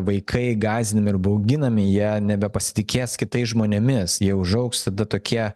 vaikai gąsdinami ir bauginami jie nebepasitikės kitais žmonėmis jie užaugs tada tokie